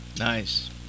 Nice